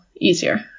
easier